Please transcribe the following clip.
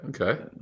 okay